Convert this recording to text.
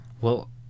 Well